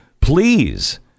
please